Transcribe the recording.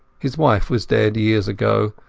his wife was dead years ago,